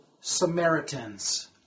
Samaritans